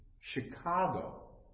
Chicago